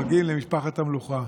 דואגים למשפחת המלוכה.